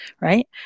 right